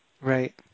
Right